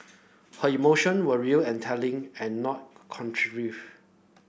her emotion were real and telling and not contrived